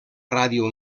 ràdio